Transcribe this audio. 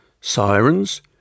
sirens